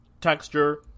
texture